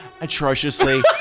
atrociously